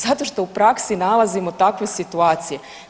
Zato što u praksi nalazimo takve situacije.